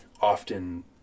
often